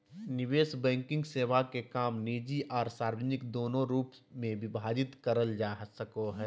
निवेश बैंकिंग सेवा के काम निजी आर सार्वजनिक दोनों रूप मे विभाजित करल जा सको हय